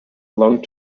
long